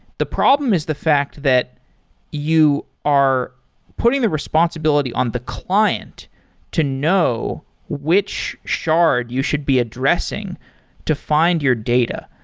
the problem is the fact that you are putting the responsibility on the client to know which shard you should be addressing to find your data.